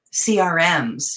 crms